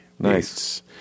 Nice